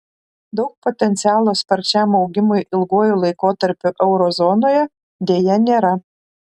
daug potencialo sparčiam augimui ilguoju laikotarpiu euro zonoje deja nėra